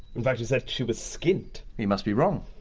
in fact, he said she was skint. he must be wrong.